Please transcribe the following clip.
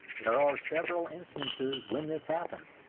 there are several instances when this happens,